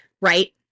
right